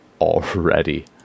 already